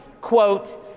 quote